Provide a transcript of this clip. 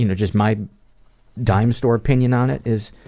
you know just my dime-store opinion on it is